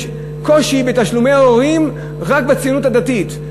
יש קושי בתשלומי ההורים רק בציונות הדתית,